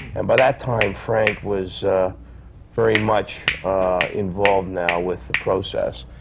and by that time, frank was very much involved now, with the process,